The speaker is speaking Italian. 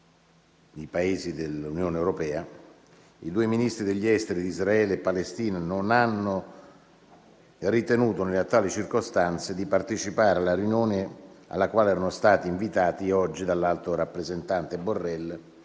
I due Ministri degli esteri di Israele e Palestina non hanno ritenuto, nelle attuali circostanze, di partecipare alla riunione alla quale erano stati invitati, oggi, dall'alto rappresentante Borrell